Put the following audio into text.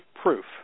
proof